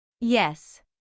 Yes